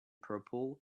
purple